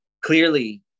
clearly